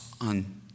on